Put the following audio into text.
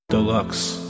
Deluxe